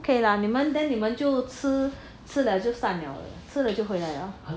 okay then 你们就吃吃了就算了吃了就回来了